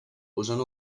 usant